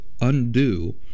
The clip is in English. undo